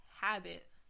habit